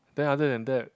then other than that